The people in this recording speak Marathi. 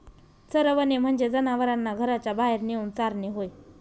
चरवणे म्हणजे जनावरांना घराच्या बाहेर नेऊन चारणे होय